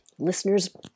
Listeners